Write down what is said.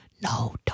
no